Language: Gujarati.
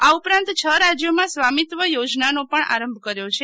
આ ઉપરાંત છ રાજયોમાં સ્વામીત્વ યોજનાનો પણ આરંભ કર્યો છે